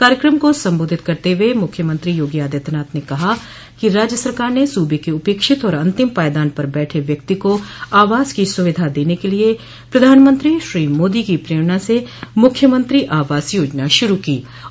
कार्यकम को सम्बोधित करते हुए मुख्यमंत्री योगी आदित्यनाथ ने कहा कि राज्य सरकार ने सूबे के उपेक्षित और अंतिम पायदान पर बैठे व्यक्ति को आवास की सुविधा देने के लिए प्रधानमंत्री श्री मोदी की प्रेरणा से मुख्यमंत्री आवास योजना शुरू की है